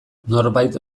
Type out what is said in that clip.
norbait